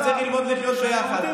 וצריך ללמוד לחיות ביחד.